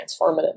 transformative